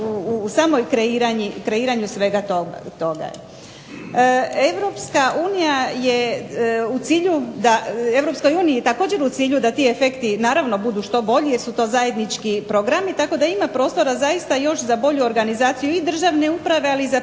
u samom kreiranju svega toga. Europska unija je, Europskoj uniji je također u cilju da ti projekti budu malo bolji jer su to zajednički programi tako da ima prostora za još bolju organizaciju i državnu upravu ali i za